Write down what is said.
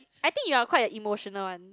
I think you're quite an emotional one